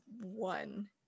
one